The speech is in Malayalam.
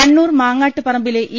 കണ്ണൂർ മാങ്ങാട്ട് പറമ്പിലെ ഇ